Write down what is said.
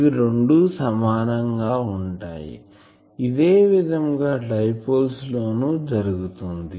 ఇవి రెండు సమానంగా ఉంటాయి ఇదే విధంగా డైపోల్స్ లో ను జరుగుతుంది